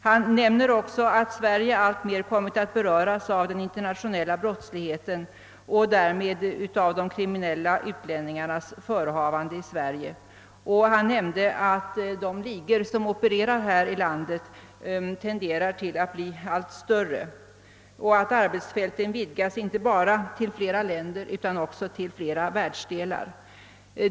Han nämnde också att Sverige alltmer kommit att beröras av den internationella brottsligheten och därmed av de kriminella utlänningarnas förehavanden i Sverige. Vidare framhöll han att de ligor, som opererar i vårt land, tenderar att bli allt större och att arbetsfälten vidgas inte bara till flera länder utan också till flera världsdelar.